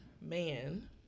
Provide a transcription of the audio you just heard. man